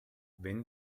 wenn